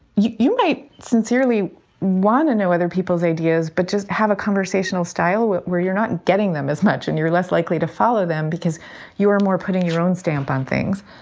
you you might sincerely want to know other people's ideas, but just have a conversational style where where you're not getting them as much and you're less likely to follow them because you are more putting your own stamp on things.